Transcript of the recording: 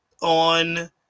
on